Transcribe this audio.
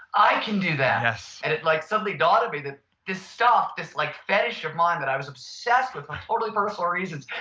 i can do that. and like something dawned on me that this stuff, this like fetish of mine that i was obsessed with, for totally personal reasons,